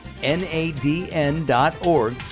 NADN.org